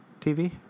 TV